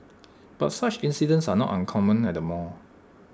but such incidents are not uncommon at the mall